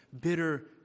bitter